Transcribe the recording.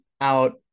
out